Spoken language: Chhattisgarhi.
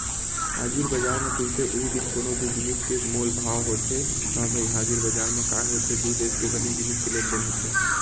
हाजिर बजार म तुरते उहीं दिन कोनो भी जिनिस के मोल भाव होथे ह भई हाजिर बजार म काय होथे दू देस के बने जिनिस के लेन देन होथे